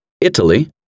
Italy